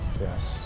yes